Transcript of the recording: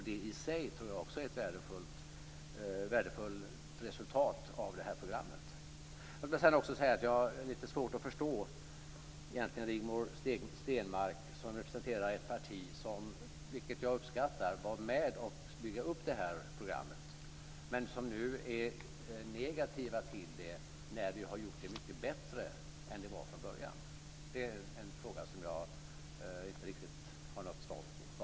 Det är i sig ett värdefullt resultat av programmet. Jag har lite svårt att förstå Rigmor Stenmark. Hon representerar ett parti som var med om att bygga upp programmet, vilket jag uppskattar, men som nu är negativt till det när vi har gjort det mycket bättre än vad det var från början. Det är en fråga som jag inte riktigt har något svar på.